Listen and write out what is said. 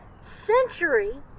century